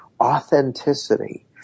authenticity